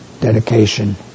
dedication